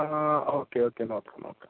okay okay നോക്കാം നോക്കാം